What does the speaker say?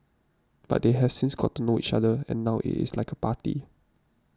but they have since got to know each other and now it is like a party